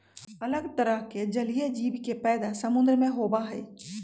अलग तरह के जलीय जीव के पैदा समुद्र में होबा हई